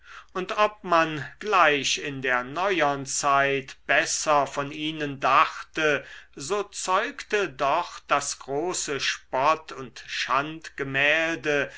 und ob man gleich in der neuern zeit besser von ihnen dachte so zeugte doch das große spott und